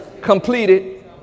completed